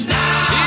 now